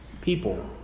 people